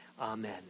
Amen